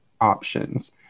options